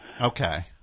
Okay